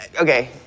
Okay